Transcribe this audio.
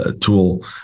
tool